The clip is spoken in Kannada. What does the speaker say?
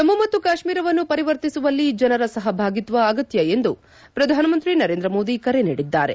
ಜಮ್ನು ಮತ್ತು ಕಾಶ್ಮೀರವನ್ನು ಪರಿವರ್ತಿಸುವಲ್ಲಿ ಜನರ ಸಹಭಾಗಿತ್ವ ಅಗತ್ತ ಎಂದು ಪ್ರಧಾನಮಂತ್ರಿ ನರೇಂದ್ರ ಮೋದಿ ಕರೆ ನೀಡಿದ್ದಾರೆ